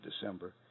December